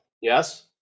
yes